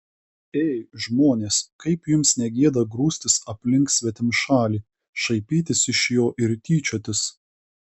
ei žmonės kaip jums ne gėda grūstis aplink svetimšalį šaipytis iš jo ir tyčiotis